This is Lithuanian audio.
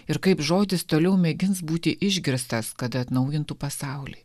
ir kaip žodis toliau mėgins būti išgirstas kad atnaujintų pasaulį